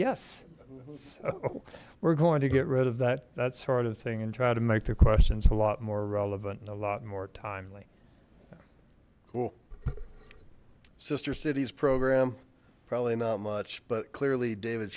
yes we're going to get rid of that that sort of thing and try to make the questions a lot more relevant and a lot more timely cool sister cities program probably not much but clearly david